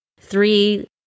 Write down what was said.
three